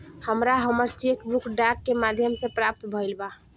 हमरा हमर cheque book डाक के माध्यम से प्राप्त भईल बा